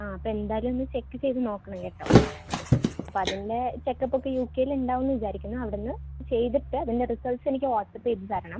ആ അപ്പോൾ എന്തായാലും ഒന്ന് ചെക്ക് ചെയ്ത് നോക്കണം കേട്ടോ അപ്പോൾ അതിൻ്റെ ചെക്കപ്പ് ഒക്കെ യു കെയിൽ ഉണ്ടാവുമെന്ന് വിചാരിക്കുന്നു അവിടുന്ന് ചെയ്തിട്ട് അതിൻ്റെ റിസൾട്ട്സ് എനിക്ക് വാട്ട്സപ്പ് ചെയ്തുതരണം